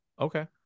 Okay